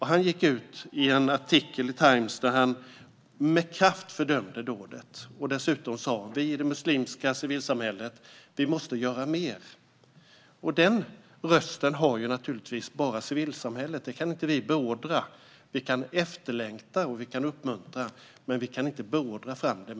Han gick ut i en artikel i Times där han med kraft fördömde dådet. Dessutom sa han: Vi i det muslimska civilsamhället måste göra mer. En sådan röst har naturligtvis bara civilsamhället - den kan inte vi beordra. Vi kan efterlängta och uppmuntra, men vi kan inte beordra fram den.